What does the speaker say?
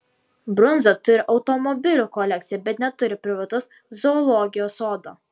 brunza turi automobilių kolekciją bet neturi privataus zoologijos sodo